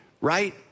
right